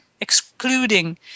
excluding